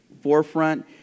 forefront